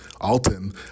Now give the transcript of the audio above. Alton